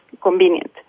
convenient